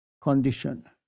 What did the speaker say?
condition